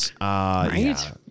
right